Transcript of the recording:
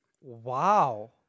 Wow